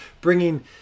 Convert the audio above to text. bringing